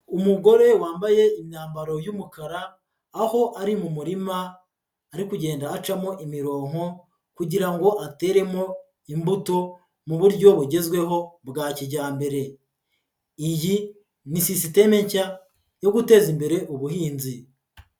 Umugore wambaye imyambaro y'umukara, aho ari mu murima ari kugenda acamo imironko kugira ngo ateremo imbuto mu buryo bugezweho bwa kijyambere. Iyi ni sisiteme nshya yo guteza imbere ubuhinzi.